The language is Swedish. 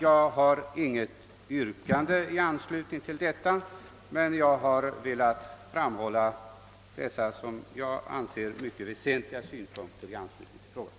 Jag har inget yrkande; jag har dock velat anföra dessa mycket väsentliga synpunkter i anslutning till behandlingen av denna proposition och detta utskottsutlåtande.